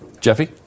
Jeffy